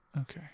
Okay